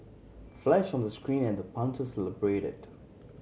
flash on the screen and the punter celebrated